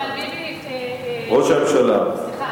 אבל ביבי, ראש הממשלה.